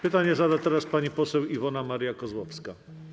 Pytanie zada teraz pani poseł Iwona Maria Kozłowska.